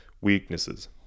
weaknesses